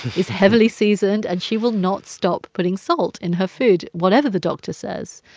is heavily seasoned, and she will not stop putting salt in her food, whatever the doctor says.